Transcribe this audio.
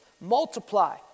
multiply